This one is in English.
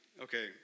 okay